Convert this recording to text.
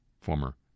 former